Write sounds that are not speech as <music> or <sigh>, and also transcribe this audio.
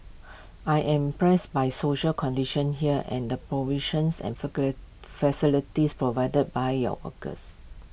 I am pressed by social conditions here and the provisions and <unintelligible> facilities provided by your workers